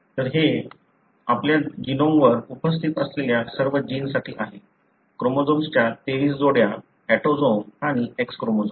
तर हे आपल्या जीनोमवर उपस्थित असलेल्या सर्व जीन्ससाठी आहे क्रोमोझोमच्या 23 जोड्या ऑटोसोम आणि X क्रोमोझोम